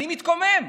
אני מתקומם.